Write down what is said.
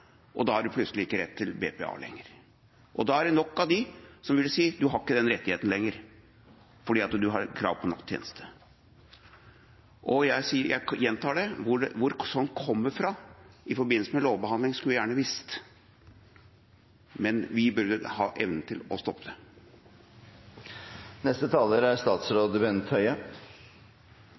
som da vil si at de ikke har den rettigheten lenger, fordi de har krav på nattjeneste. Jeg gjentar det: Hvor slikt kommer fra i forbindelse med lovbehandling, skulle jeg gjerne visst. Men vi burde ha evnen til å stoppe